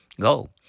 Go